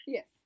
Yes